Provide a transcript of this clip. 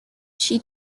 she